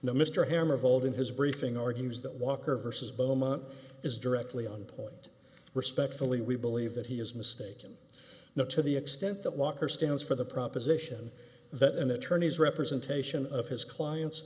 mr hammer vold in briefing argues that walker versus beaumont is directly on point respectfully we believe that he is mistaken not to the extent that walker stands for the proposition that an attorney's representation of his client